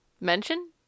mention